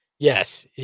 Yes